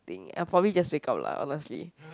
thing I probably just wake up lah honestly